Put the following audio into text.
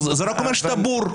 זה רק אומר שאתה בור.